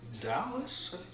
Dallas